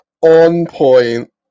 on-point